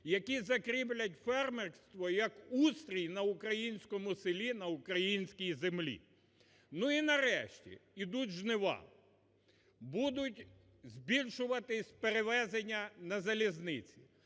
які закріплять фермерство, як устрій на українському селі, на українській землі. Ну і, нарешті, йдуть жнива. Будуть збільшуватися перевезення на залізниці,